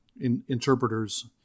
interpreters